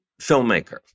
filmmaker